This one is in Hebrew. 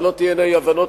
שלא תהיינה אי-הבנות,